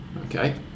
Okay